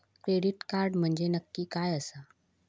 Credit card म्हंजे नक्की काय आसा?